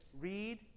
Read